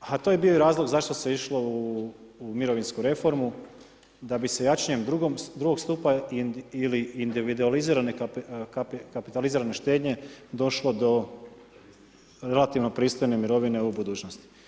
a to je bi i razlog zašto se išlo u mirovinsku reformu, da bi se jačanjem drugog stupa ili individualizirane kapitalizirane štednje došlo do relativno pristojne mirovine u budućnosti.